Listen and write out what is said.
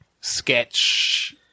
sketch